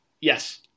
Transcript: Yes